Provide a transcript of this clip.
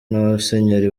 n’abasenyeri